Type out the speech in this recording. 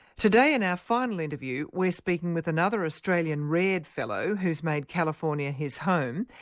today in our final interview, we're speaking with another australian-reared fellow who's made california his home,